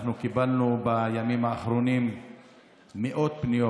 קיבלנו בימים האחרונים מאות פניות: